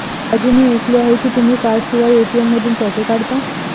राजू मी ऐकले आहे की तुम्ही कार्डशिवाय ए.टी.एम मधून पैसे काढता